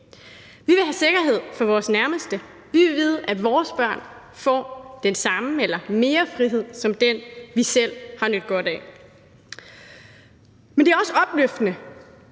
Vi vil have sikkerhed for vores nærmeste, og vi vil vide, at vores børn får den samme frihed eller mere frihed end den, vi selv har nydt godt af. Men det er også opløftende